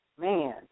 man